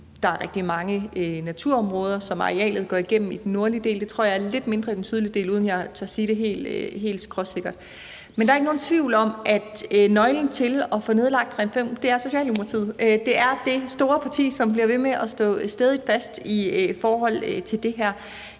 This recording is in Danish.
der er rigtig mange naturområder, som arealet går igennem i den nordlige del. Det tror jeg er i lidt mindre grad i den sydlige del, uden at jeg tør sige det helt skråsikkert. Men der er ikke nogen tvivl om, at nøglen til at få nedlagt Ring 5 er Socialdemokratiet. Det er det store parti, som bliver ved med at stå stædigt fast i forhold til det her.